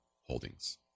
Holdings